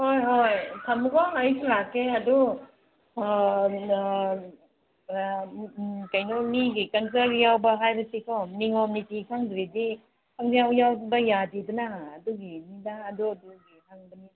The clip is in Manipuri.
ꯍꯣꯏ ꯍꯣꯏ ꯊꯝꯃꯨꯀꯣ ꯑꯩꯁꯨ ꯂꯥꯛꯀꯦ ꯑꯗꯨ ꯀꯩꯅꯣ ꯃꯤꯒꯤ ꯀꯜꯆꯔꯒꯤ ꯌꯥꯎꯕ ꯍꯥꯏꯕꯁꯤꯀꯣ ꯅꯤꯌꯣꯝ ꯅꯤꯇꯤ ꯈꯪꯗ꯭ꯔꯗꯤ ꯄꯪꯌꯥꯎ ꯌꯥꯎꯕ ꯌꯥꯗꯦꯗꯅ ꯑꯗꯨꯒꯤꯅꯤꯗ ꯑꯗꯨ ꯑꯗꯨꯒꯤ ꯍꯪꯕꯅꯤꯗ